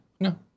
No